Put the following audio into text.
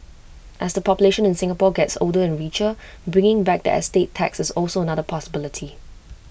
as the population in Singapore gets older and richer bringing back the estate tax is also another possibility